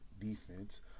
Defense